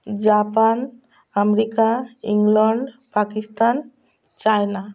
Japan America England Pakistan China